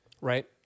Right